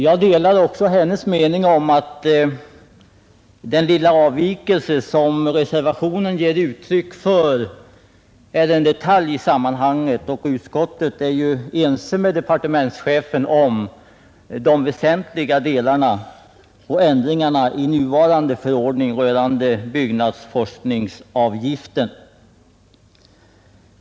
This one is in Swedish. Jag delar fröken Ljungbergs mening att den lilla avvikelse som föreslås i reservationen är en detalj i sammanhanget. Utskottet är ense med departementschefen i allt väsentligt och om ändringarna i den nuvarande förordningen rörande byggnadsforskningsavgiften.